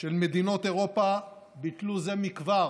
של מדינות אירופה ביטלו זה מכבר